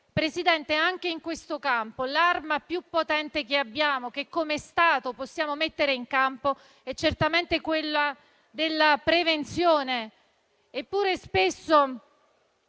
Presidente, anche in questo campo l'arma più potente che abbiamo e che come Stato possiamo mettere in campo è certamente quella della prevenzione.